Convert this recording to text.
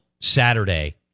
Saturday